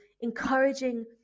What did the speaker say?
encouraging